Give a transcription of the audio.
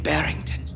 Barrington